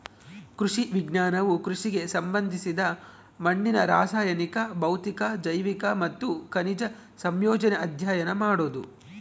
ಕೃಷಿ ವಿಜ್ಞಾನವು ಕೃಷಿಗೆ ಸಂಬಂಧಿಸಿದ ಮಣ್ಣಿನ ರಾಸಾಯನಿಕ ಭೌತಿಕ ಜೈವಿಕ ಮತ್ತು ಖನಿಜ ಸಂಯೋಜನೆ ಅಧ್ಯಯನ ಮಾಡೋದು